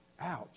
Ouch